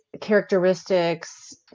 characteristics